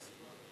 תשמע אותי.